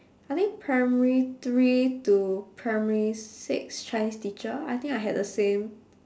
I think primary three to primary six chinese teacher I think I had the same